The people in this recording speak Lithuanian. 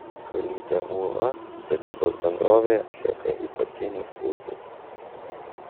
kalytė ūla statybos bendrovėje atlieka ypatingas užduotis